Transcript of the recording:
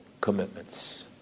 commitments